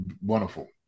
wonderful